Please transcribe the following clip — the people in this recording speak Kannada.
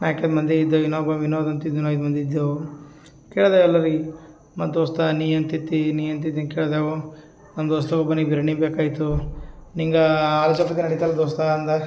ನಾಲ್ಕೈದು ಮಂದಿ ಇದ್ದಿವಿ ಇನ್ನೊಬ ವಿನೋದ್ ಅಂತಿದ್ನು ಐದು ಮಂದಿ ಇದ್ದೆವು ಕೇಳಿದೆ ಎಲ್ಲರಿಗೆ ಮತ್ತು ದೋಸ್ತ ನಿ ಏನು ತಿಂತಿ ನಿ ಏನು ತಿಂತಿ ಕೆಳಿದೆವು ನಮ್ಮ ದೋಸ್ತ ಒಬ್ನಿಗೆ ಬಿರ್ಯಾನಿ ಬೇಕಾಯಿತು ನಿಂಗೆ ದೋಸ್ತ ಅಂದ